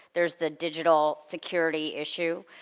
there's the digital security issue.